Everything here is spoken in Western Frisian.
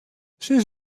sis